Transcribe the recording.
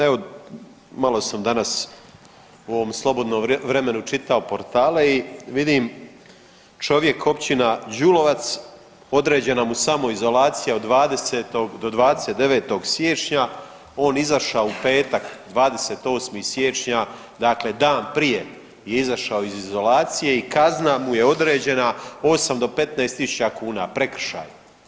Evo malo sam danas u ovom slobodnom vremenu čitao portale i vidim čovjek općina Đulovac određena mu samoizolacija od 20. do 29. siječnja, on izašao u petak 28. siječnja dakle dan prije je izašao iz izolacije i kazna mu je određena 8 do 15.000 kuna prekršaj.